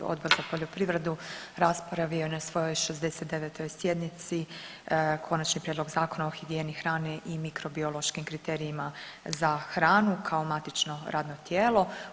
Odbor za poljoprivredu raspravio je na svojoj 69. sjednici Konačni prijedlog Zakona o higijeni hrane i mikrobiološkim kriterijima za hranu kao matično radno tijelo.